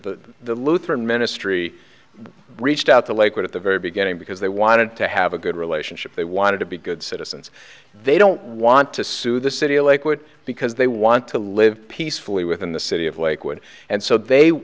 the lutheran ministry reached out to lakewood at the very beginning because they wanted to have a good relationship they wanted to be good citizens they don't want to sue the city in lakewood because they want to live peacefully within the city of lakewood and so they